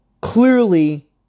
clearly